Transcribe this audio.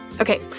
Okay